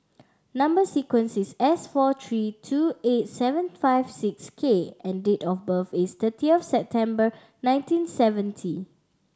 number sequence is S four three two eight seven five six K and date of birth is thirtieth September nineteen seventy